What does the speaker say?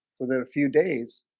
within a few days